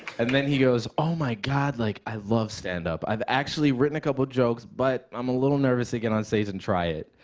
and then he goes, oh, my god, like, i love stand-up. i've actually written a couple jokes but i'm a little nervous to get on stage and try it.